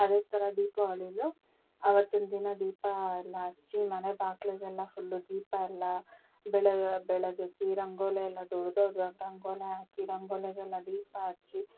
ಅದೇ ಥರ ದೀಪಾವಳಿಲೂ ಆವತ್ತಿನ ದಿನ ದೀಪ ಎಲ್ಲ ಹಚ್ಚಿ ಮನೆ ಬಾಗಿಲಿಗೆಲ್ಲ ಫುಲ್ಲು ದೀಪ ಎಲ್ಲ ಬೆಳಗಿ ಬೆಳಗಿಸಿ ರಂಗೋಲಿ ಎಲ್ಲ ರಂಗೋಲಿ ಹಾಕಿ ರಂಗೋಲಿಗೆಲ್ಲ ದೀಪ ಹಚ್ಚಿ